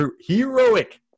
heroic